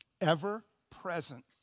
Ever-present